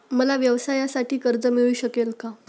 मला व्यवसायासाठी कर्ज मिळू शकेल का?